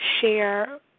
share